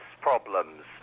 problems